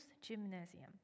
gymnasium